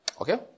Okay